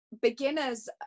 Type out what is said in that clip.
beginners